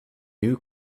new